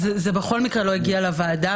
בכל מקרה זה לא הגיע לוועדה,